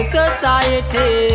society